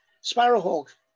sparrowhawk